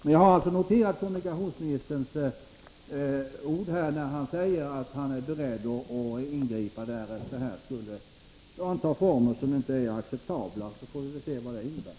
Men jag har alltså noterat att kommunikationsministern säger att han är beredd att ingripa därest verksamheten skulle anta former som inte är acceptabla. Vi får väl se vad det innebär.